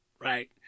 right